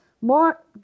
more